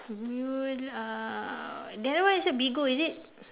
new uh that one is uh Bigo is it